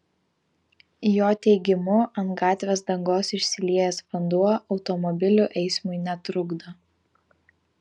jo teigimu ant gatvės dangos išsiliejęs vanduo automobilių eismui netrukdo